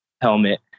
helmet